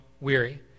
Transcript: weary